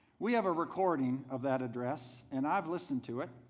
we have a recording of that address and i've listened to it.